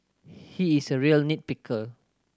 he is a real nit picker